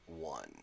one